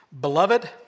Beloved